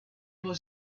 was